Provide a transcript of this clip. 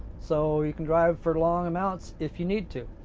so you can drive for long amounts if you need to.